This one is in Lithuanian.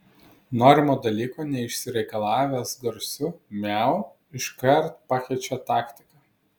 norimo dalyko neišsireikalavęs garsiu miau iškart pakeičia taktiką